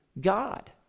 God